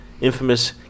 infamous